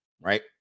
right